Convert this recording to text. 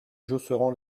josserand